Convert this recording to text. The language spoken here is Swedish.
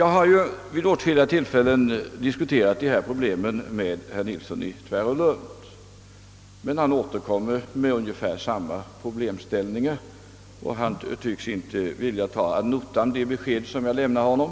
Jag har ju vid åtskilliga tillfällen diskuterat lokaliseringsproblemen med herr Nilsson i Tvärålund. Men han återkommer med ungefär samma problemställningar och tycks inte vilja ta ad notam de besked som jag lämnar honom.